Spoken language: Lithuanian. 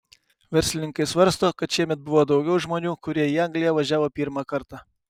verslininkai svarsto kad šiemet buvo daugiau žmonių kurie į angliją važiavo pirmą kartą